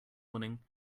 morning